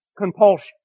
compulsion